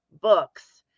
books